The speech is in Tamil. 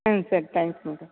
ம் சரி தேங்க்ஸ் மேடம்